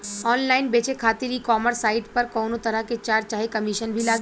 Online बेचे खातिर e commerce site पर कौनोतरह के चार्ज चाहे कमीशन भी लागी?